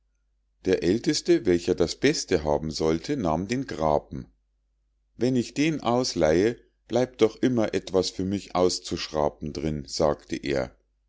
der älteste welcher das beste haben sollte nahm den grapen wenn ich den ausleihe bleibt doch immer etwas für mich auszuschrapen drin sagte er